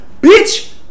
bitch